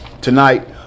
tonight